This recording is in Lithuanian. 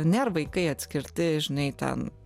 nėr vaikai atskirti žinai ten